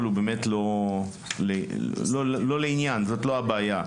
הוא באמת לא לעניין; זוהי לא הבעיה.